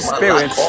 Spirit